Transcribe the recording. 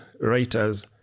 writers